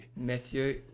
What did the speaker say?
Matthew